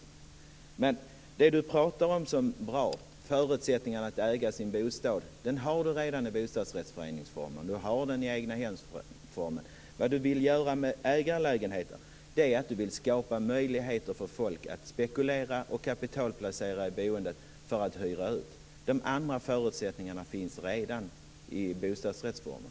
Det Ewa Thalén Finné talar om som bra, förutsättningen att äga sin bostad, har hon redan i form av bostadsrättsförening och i form av egnahem. Det hon vill göra med ägarlägenheten är att skapa möjligheter för människor att spekulera och kapitalplacera i boendet för att hyra ut. De andra förutsättningarna finns redan i bostadsrättsformen.